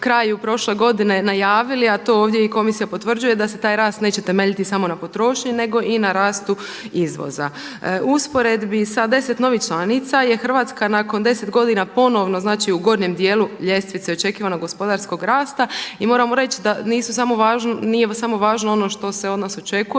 kraju prošle godine najavili, a to ovdje i Komisija potvrđuje da se taj rast neće temeljiti samo na potrošnji nego i na rastu izvoza. U usporedbi sa 10 novih članica je Hrvatska nakon 10 godina ponovno, znači u gornjem dijelu ljestvice očekivanog gospodarskog rasta. I moramo reći, da nije samo važno ono što se od nas očekuje